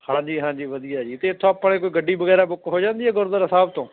ਹਾਂਜੀ ਹਾਂਜੀ ਵਧੀਆ ਜੀ ਤੇ ਇੱਥੋਂ ਆਪਣੇ ਕੋਈ ਗੱਡੀ ਵਗੈਰਾ ਬੁੱਕ ਹੋ ਜਾਂਦੀ ਆ ਗੁਰਦੁਆਰਾ ਸਾਹਿਬ ਤੋਂ